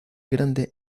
grande